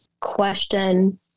question